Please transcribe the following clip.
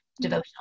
devotional